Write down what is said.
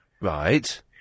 Right